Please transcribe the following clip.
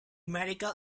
medical